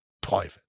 private